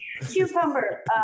cucumber